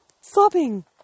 sobbing